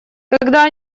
когда